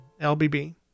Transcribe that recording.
LBB